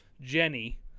Jenny